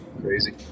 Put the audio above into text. crazy